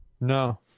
No